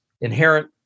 inherent